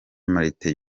martin